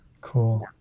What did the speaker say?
Cool